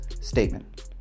statement